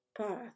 path